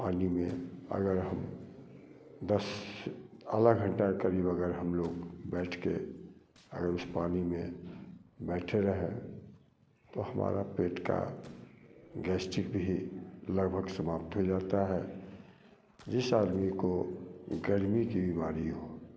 पानी में अगर हम बस आधा घंटा करीब अगर हम लोग बैठ के अगर उस पानी में बैठे रहें तो हमारा पेट का गैसट्रिक भी लगभग समाप्त हो जाता है जिस आदमी को गर्मी की बीमारी हो